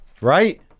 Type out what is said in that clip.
right